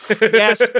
Yes